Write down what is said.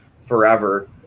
forever